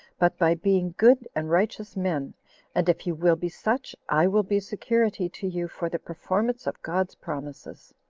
but by being good and righteous men and if you will be such, i will be security to you for the performance of god's promises.